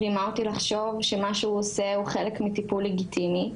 רימה אותי לחשוב שמה שהוא עושה הוא חלק מטיפול לגיטימי.